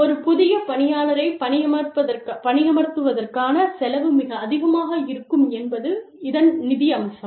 ஒரு புதிய பணியாளரை பணியமர்த்துவதற்கான செலவு மிக அதிகமாக இருக்கும் என்பது இதன் நிதி அம்சம்